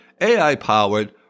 AI-powered